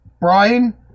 Brian